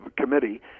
Committee